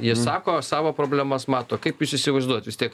jie sako savo problemas mato kaip jūs įsivaizduojat vis tiek